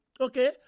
Okay